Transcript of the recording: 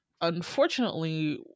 unfortunately